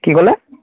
কি ক'লে